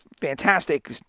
fantastic